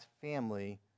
family